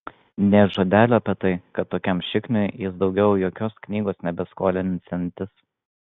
nė žodelio apie tai kad tokiam šikniui jis daugiau jokios knygos nebeskolinsiantis